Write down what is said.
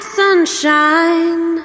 sunshine